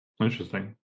Interesting